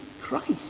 Christ